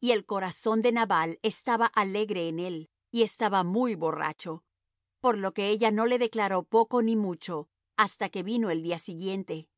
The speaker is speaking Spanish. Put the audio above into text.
y el corazón de nabal estaba alegre en él y estaba muy borracho por lo que ella no le declaró poco ni mucho hasta que vino el día siguiente